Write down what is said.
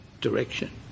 direction